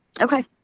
Okay